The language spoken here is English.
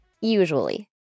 usually